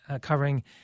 covering